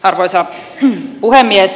arvoisa puhemies